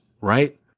right